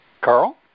Carl